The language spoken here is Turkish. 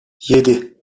yedi